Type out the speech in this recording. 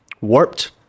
warped